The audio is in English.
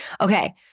okay